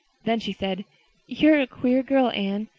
then she said you're a queer girl, anne.